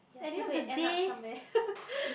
you're still going to end up somewhere